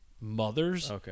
mothers